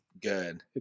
good